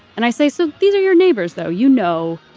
and i say, so these are your neighbors, though, you know,